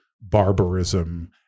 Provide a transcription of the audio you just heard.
barbarism